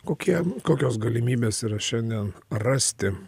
kokie kokios galimybės yra šiandien rasti